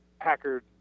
Packard